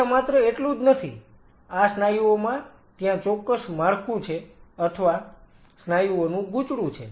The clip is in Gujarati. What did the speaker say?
ત્યાં માત્ર એટલું જ નથી આ સ્નાયુઓમાં ત્યાં ચોક્કસ માળખુ છે અથવા સ્નાયુઓનું ગૂંચળું છે